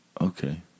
Okay